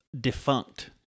defunct